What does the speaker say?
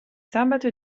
sabato